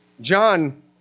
John